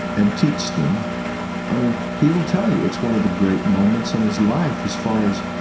and teach them i mean, he will tell you, it's one of the great moments in his life as far as,